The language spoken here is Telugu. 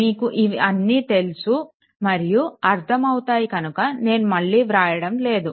మీకు ఇవి అన్నీ తెలుసు మరియు అర్థం అవుతాయి కనుక నేను మళ్ళీ వ్రాయడం లేదు